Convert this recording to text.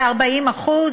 ו-40%